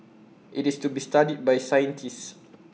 it's to be studied by scientists